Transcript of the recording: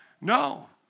No